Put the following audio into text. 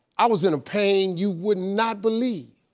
i was in a pain you would not believe.